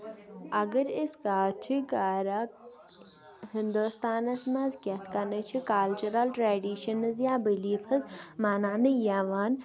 اَگر أسۍ کتھ چھِ کران ہِندوستانس منٛز کِتھ کَنتھ چھِ کلچرل ٹریڈِشنٕز یا بِلیٖفٕز مَناونہٕ یِوان